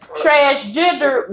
transgender